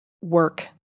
work